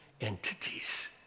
entities